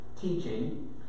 teaching